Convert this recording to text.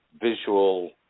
visual